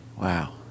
Wow